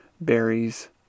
berries